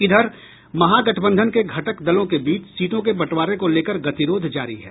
इधर महागठबंधन के घटक दलों के बीच सीटों के बंटवारे को लेकर गतिरोध जारी है